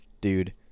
dude